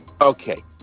Okay